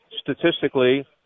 statistically